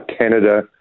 Canada